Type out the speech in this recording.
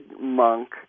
monk